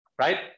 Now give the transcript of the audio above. Right